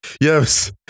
yes